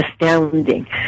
astounding